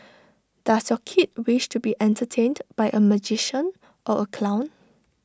does your kid wish to be entertained by A magician or A clown